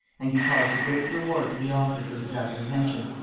and he caused a great reward to be offered for his apprehension,